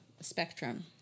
spectrum